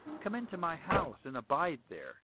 come into my house, and abide there.